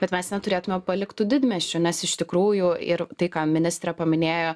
bet mes neturėtume palikt tų didmiesčių nes iš tikrųjų ir tai ką ministrė paminėjo